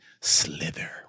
Slither